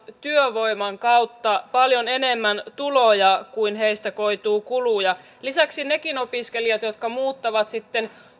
työvoiman kautta paljon enemmän tuloja kuin heistä koituu kuluja lisäksi nekin opiskelijat jotka muuttavat sitten